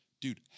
dude